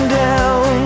down